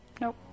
Nope